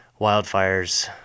Wildfires